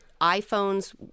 iPhones